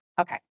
Okay